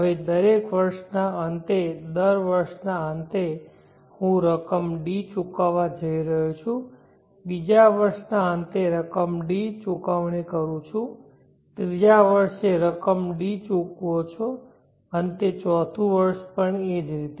હવે દરેક વર્ષના અંતે દર વર્ષના અંતે હું રકમ D ચૂકવવા જઈ રહ્યો છું બીજા વર્ષના અંતે રકમ D ચૂકવણી કરું છું ત્રીજા વર્ષે તમે રકમ D ચૂકવો છો અંતે ચોથું વર્ષ પણ એ જ રીતે